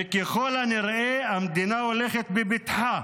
וככל הנראה המדינה הולכת בבטחה